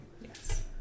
Yes